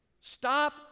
Stop